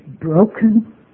broken